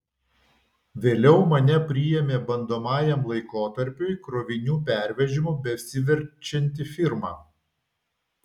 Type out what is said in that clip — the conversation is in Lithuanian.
vėliau mane priėmė bandomajam laikotarpiui krovinių pervežimu besiverčianti firma